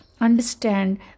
Understand